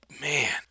Man